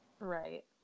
Right